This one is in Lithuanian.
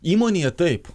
įmonėje taip